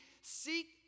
Seek